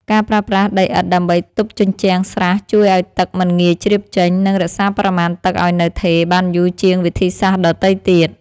ការប្រើប្រាស់ដីឥដ្ឋដើម្បីទប់ជញ្ជាំងស្រះជួយឱ្យទឹកមិនងាយជ្រាបចេញ និងរក្សាបរិមាណទឹកឱ្យនៅថេរបានយូរជាងវិធីសាស្ត្រដទៃទៀត។